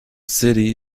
city